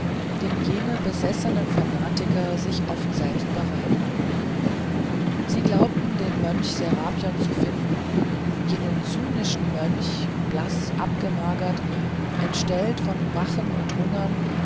den jene besessene fanatiker sich oft selbst bereiten sie glaubten den mönch serapion zu finden jenen zynischen mönch blaß abgemagert entstellt von wachen und hungern